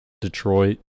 Detroit